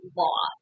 law